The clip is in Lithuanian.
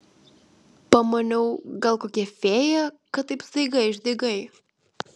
pamaniau gal kokia fėja kad taip staiga išdygai